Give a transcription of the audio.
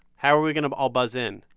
how are we going to all buzz in?